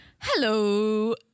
Hello